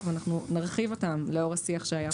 ואנחנו נרחיב אותם לאור השיח שהיה פה.